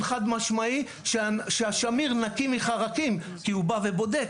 חד משמעי שהשמיר נקי מחרקים כי הוא בא ובודק.